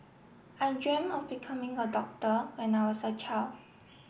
I dreamt of becoming a doctor when I was a child